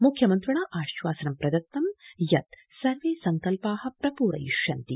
मुख्यमन्त्रिणा आश्वासनं प्रदत्तं यत् सर्वे संकल्पा प्रपूरिष्यन्ति